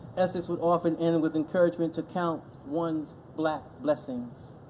essex would often end with encouragement to count one's black blessings.